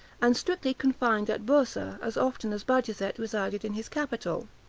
and strictly confined at boursa, as often as bajazet resided in his capital.